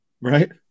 Right